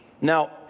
now